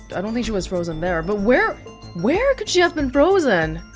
i don't think she was frozen there but where where could she have been frozen?